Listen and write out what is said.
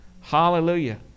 hallelujah